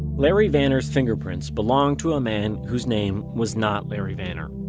larry vanner's fingerprints belonged to a man whose name was not larry vanner.